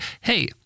hey